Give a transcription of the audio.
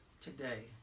today